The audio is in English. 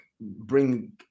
bring